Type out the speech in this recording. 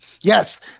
Yes